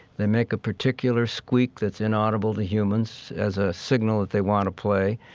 they make a particular squeak, that's inaudible to humans, as a signal that they want to play.